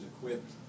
equipped